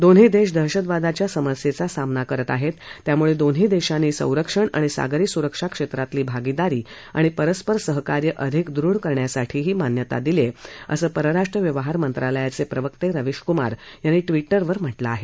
दोन्ही देश दहशतवादाच्या समस्येचा सामना करत आहेत त्यामुळे दोन्ही देशांनी संरक्षण आणि सागरी सुरक्षा क्षेत्रातली भागिदारी आणि परस्पर सहकार्य अधिक दृढ करण्यासाठीही मान्यता दिली असं परराष्ट्र व्यवहार मंत्रालयाचे प्रवक्ता रवीश कुमार यांनी ट्विटरवर म्हटलं आहे